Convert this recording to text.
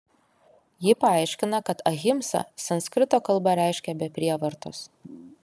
ji paaiškina kad ahimsa sanskrito kalba reiškia be prievartos